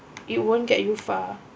it won't get you far